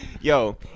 Yo